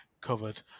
covered